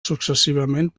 successivament